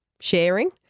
sharing